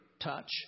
touch